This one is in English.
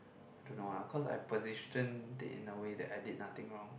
I don't know ah cause I positioned in a way that I did nothing wrong